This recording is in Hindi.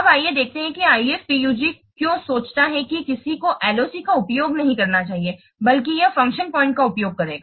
अब आइए देखते हैं कि IFPUG क्यों सोचता है कि किसी को LOC का उपयोग नहीं करना चाहिए बल्कि यह फ़ंक्शन पॉइंट का उपयोग करेगा